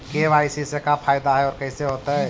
KYC से का फायदा है और कैसे होतै?